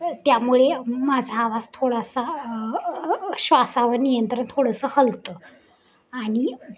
त्यामुळे माझा आवाज थोडासा श्वासावर नियंत्रण थोडंसं हलतं आणि